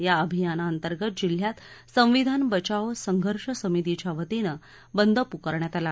या अभियाना अंतर्गत जिल्ह्यात संविधान बचाओ संघर्ष समितीच्या वतीनं बंद पुकारण्यात आला